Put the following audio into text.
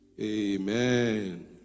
Amen